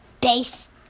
base